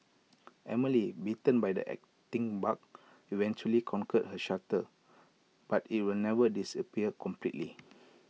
Emily bitten by the acting bug eventually conquered her stutter but IT will never disappear completely